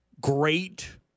great